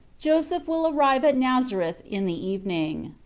joseph will arrive at nazareth in the evening.